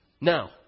Now